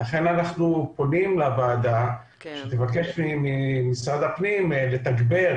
לכן אנחנו פונים לוועדה שתבקש ממשרד הפנים לתגבר,